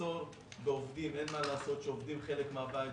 מחסור בעובדים אין מה לעשות שעובדים חלק מהבית,